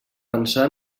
pensar